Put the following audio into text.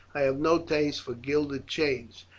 i have no taste for gilded chains.